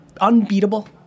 unbeatable